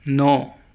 نو